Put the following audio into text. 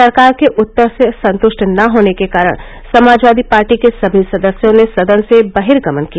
सरकार के उत्तर से संतुष्ट न होने के कारण समाजवादी पार्टी के सभी सदस्यों ने सदन से बहिर्गमन किया